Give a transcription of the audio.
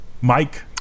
Mike